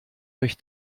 durch